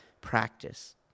practice